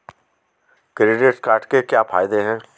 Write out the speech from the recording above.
Credit card के क्या फायदे हैं?